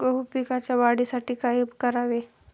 गहू पिकाच्या वाढीसाठी काय करावे?